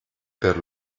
per